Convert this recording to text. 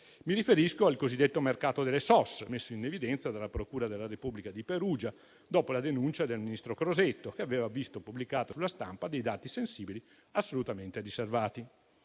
di operazioni sospette (SOS) messo in evidenza dalla procura della Repubblica di Perugia dopo la denuncia del ministro Crosetto, che aveva visto pubblicati sulla stampa dei dati sensibili assolutamente riservati.